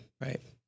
right